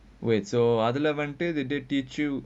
wait so other அதிலே வந்தே:athilae vanthu did they teach you